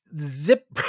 zip